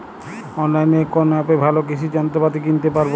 অনলাইনের কোন অ্যাপে ভালো কৃষির যন্ত্রপাতি কিনতে পারবো?